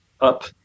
up